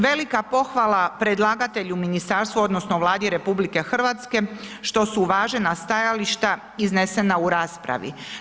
Velika pohvala predlagatelju ministarstva odnosno Vladi RH što su uvažena stajališta iznesena u raspravi.